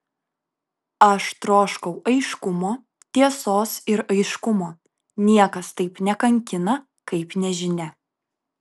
aš troškau aiškumo tiesos ir aiškumo niekas taip nekankina kaip nežinia